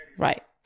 Right